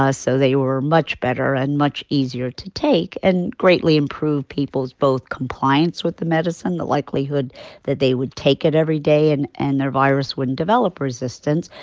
ah so they were much better and much easier to take and greatly improve people's both compliance with the medicine, the likelihood that they would take it every day and and their virus wouldn't develop resistance,